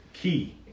Key